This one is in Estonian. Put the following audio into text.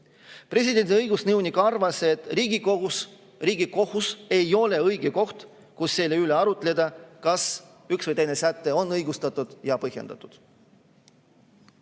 Presidendi õigusnõunik arvas, et Riigikohus ei ole õige koht, kus arutleda selle üle, kas üks või teine säte on õigustatud ja põhjendatud.